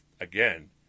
again